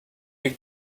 you